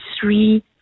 three